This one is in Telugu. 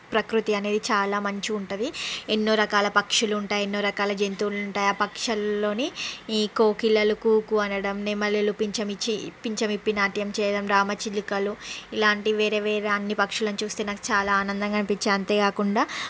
ప్రకృతి అనేది చాలా మంచిగ ఉంటుంది ఎన్నో రకాల పక్షులు ఉంటాయి ఎన్నో రకాల జంతువులు ఉంటాయి ఆ పక్షులల్లోని ఈ కోకిలలు కు కు అనడం నెమలిలలు పించమిచ్చి పించము విప్పి నాట్యం చేయడం రామచిలుకలు ఇలాంటివి వేరే వేరే అన్ని పక్షులను చూస్తే నాకు చాలా ఆనందంగా అనిపించి అంతే కాకుండా